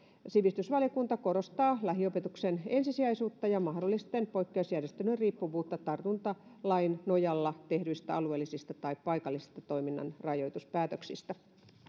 sivistysvaliokunta korostaa lähiopetuksen ensisijaisuutta ja mahdollisten poikkeusjärjestelyjen riippuvuutta tartuntalain nojalla tehdyistä alueellisista tai paikallisista toiminnan rajoituspäätöksistä